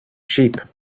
sheep